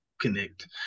connect